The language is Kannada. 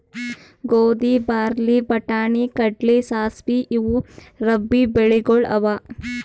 ಗೋಧಿ, ಬಾರ್ಲಿ, ಬಟಾಣಿ, ಕಡ್ಲಿ, ಸಾಸ್ವಿ ಇವು ರಬ್ಬೀ ಬೆಳಿಗೊಳ್ ಅವಾ